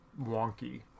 Wonky